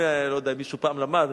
לא יודע אם מישהו מכם פעם למד.